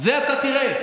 את זה אתה תראה.